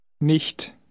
Nicht